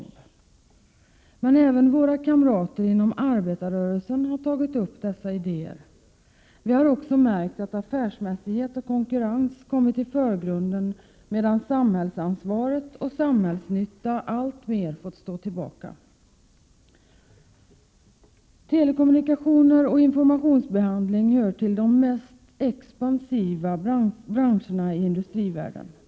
Men även våra kamrater inom arbetarrörelsen har tagit upp dessa idéer. Vi har också märkt att affärsmässighet och konkurrens kommit i förgrunden medan samhällsansvaret och samhällsnytta alltmer fått stå tillbaka.” Telekommunikationer och informationsbehandling hör till de mest expansiva branscherna i industrivärlden.